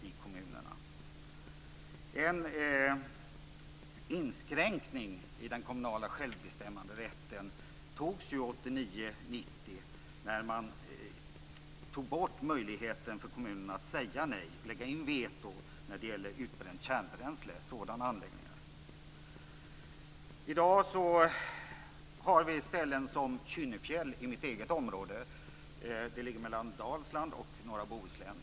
En inskränkning i den kommunala självbestämmanderätten gjordes 1989-1990, när man tog bort kommunernas rätt att lägga in ett veto mot anläggningar för utbränt kärnbränsle. I dag har vi i min hemtrakt ett ställe som Kynnefjäll, som ligger mellan Dalsland och norra Bohuslän.